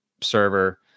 server